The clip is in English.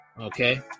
Okay